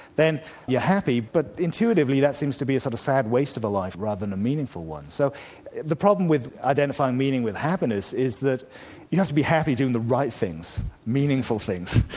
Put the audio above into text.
then you're happy, but intuitively, that seems to be a sort of sad waste of a life rather than a meaningful one. so the problem with identifying meaning with happiness is that you have to be happy doing the right things, meaningful things.